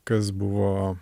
kas buvo